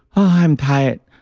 i'm tired.